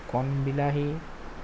কণবিলাহী